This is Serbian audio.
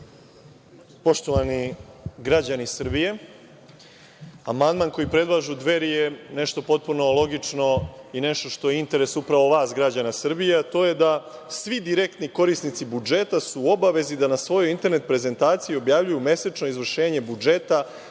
Poštovani građani Srbije, amandman koji predlažu Dveri je nešto potpuno logično i nešto što je interes upravo vas građana Srbije, a to je da svi direktni korisnici budžeta su u obavezi da na svojoj internet prezentaciji objavljuju mesečna izvršenje budžeta